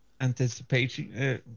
anticipating